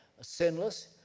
sinless